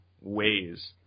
ways